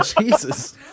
Jesus